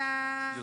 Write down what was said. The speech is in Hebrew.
9כ